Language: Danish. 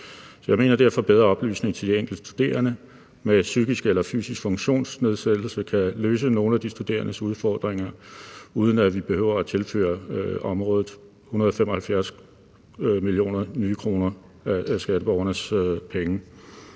Jeg mener derfor, at bedre oplysning til de enkelte studerende med psykisk eller fysisk funktionsnedsættelse kan løse nogle af de studerendes fordringer, uden at vi behøver at tilføre området 175 millioner nye kroner af skatteborgernes penge,